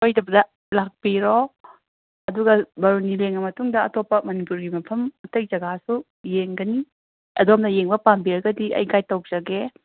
ꯁꯣꯏꯗꯕꯗ ꯂꯥꯛꯄꯤꯔꯣ ꯑꯗꯨꯒ ꯕꯥꯔꯨꯅꯤ ꯌꯦꯡꯉ ꯃꯇꯨꯡꯗ ꯑꯇꯣꯞꯄ ꯃꯅꯤꯄꯨꯔꯒꯤ ꯃꯐꯝ ꯑꯇꯩ ꯖꯒꯥꯁꯨ ꯌꯦꯡꯒꯅꯤ ꯑꯗꯣꯝꯅ ꯌꯦꯡꯕ ꯄꯥꯝꯕꯤꯔꯒꯗꯤ ꯑꯩ ꯒꯥꯏꯠ ꯇꯧꯖꯒꯦ